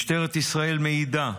משטרת ישראל מעידה,